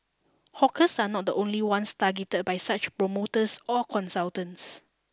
hawkers are not the only ones targeted by such promoters or consultants